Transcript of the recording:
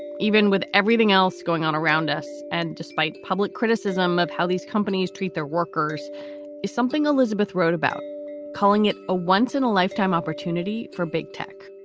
even with everything else going on around us. and despite public criticism of how these companies treat their workers is something elizabeth wrote about calling it a once in a lifetime opportunity for big tech.